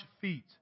feet